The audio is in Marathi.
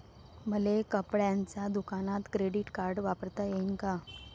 मले कपड्याच्या दुकानात क्रेडिट कार्ड वापरता येईन का?